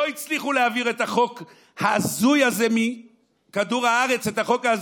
לא הצליחו להעביר מכדור הארץ את החוק ההזוי הזה,